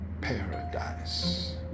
paradise